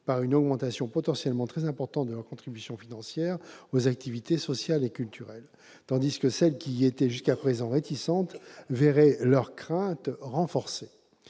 par une augmentation potentiellement très importante de leur contribution financière aux activités sociales et culturelles, tandis que celles qui y étaient jusqu'à présent réticentes verraient leurs craintes renforcées.